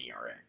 ERA